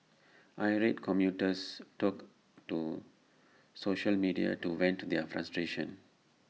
irate commuters took to social media to vent their frustration